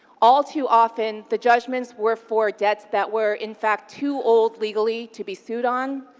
all too often, the judgments were for debts that were, in fact, too old legally to be sued on,